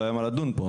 לא היה מה לדון פה,